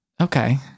Okay